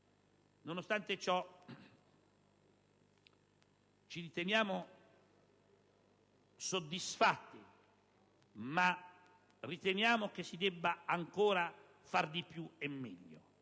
Nonostante ciò, ci riteniamo soddisfatti, ma crediamo che si debba fare ancora di più e meglio.